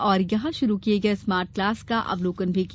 और यहां शुरू किए गए स्मार्ट क्लास का अवलोकन किया